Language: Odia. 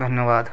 ଧନ୍ୟବାଦ